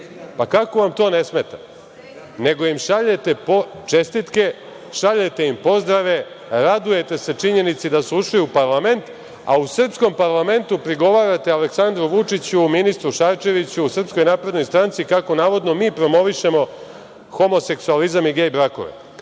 Kako vam to ne smeta, nego im šaljete čestitke, šaljete im pozdrave, radujete se činjenici da su ušli u parlament, a u srpskom parlamentu prigovarate Aleksandru Vučiću, ministru Šarčeviću, SNS kako navodno mi promovišemo homoseksualizam i gej brakove. Ono